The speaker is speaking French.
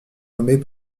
nommés